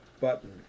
button